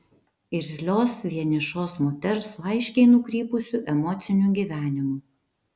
irzlios vienišos moters su aiškiai nukrypusiu emociniu gyvenimu